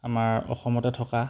আমাৰ অসমতে থকা